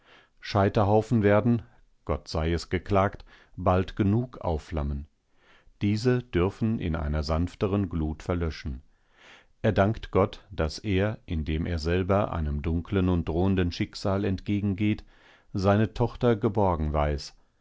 scheiterhaufen werden gott sei es geklagt bald genug aufflammen diese dürfen in einer sanfteren glut verlöschen er dankt gott daß er indem er selber einem dunkeln und drohenden schicksal entgegengeht seine tochter geborgen weiß